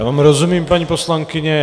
Já vám rozumím, paní poslankyně.